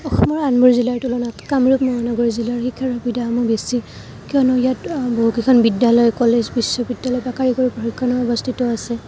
অসমৰ আনবোৰ জিলাৰ তুলনাত কামৰূপ মহানগৰী জিলাৰ শিক্ষাৰ সুবিধাসমূহ বেছি কিয়নো ইয়াত বহুকেইখন বিদ্যালয় কলেজ বিশ্ববিদ্যালয় বা কাৰিকৰী প্ৰশিক্ষণ অৱস্থিত আছে